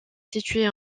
située